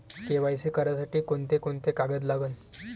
KYC करासाठी कोंते कोंते कागद लागन?